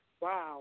wow